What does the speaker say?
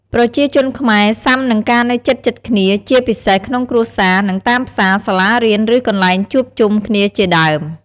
ប្រជាជនខ្មែរសុាំនឹងការនៅជិតៗគ្នា ជាពិសេសក្នុងគ្រួសារ នៅតាមផ្សារ សាលារៀន ឬ កន្លែងជួបជុំគ្នាជាដើម។